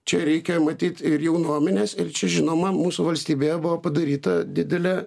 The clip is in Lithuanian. čia reikia matyt ir jaunuomenės ir čia žinoma mūsų valstybėje buvo padaryta didelė